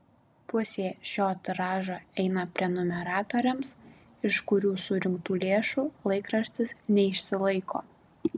pusė šio tiražo eina prenumeratoriams iš kurių surinktų lėšų laikraštis neišsilaiko